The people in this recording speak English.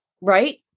right